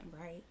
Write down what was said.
right